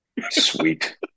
Sweet